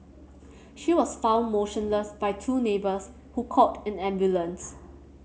she was found motionless by two neighbours who called an ambulance